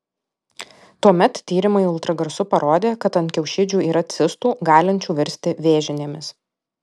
tuomet tyrimai ultragarsu parodė kad ant kiaušidžių yra cistų galinčių virsti vėžinėmis